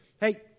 hey